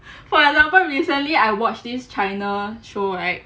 for example recently I watched this china show right